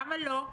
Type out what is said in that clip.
למה לא?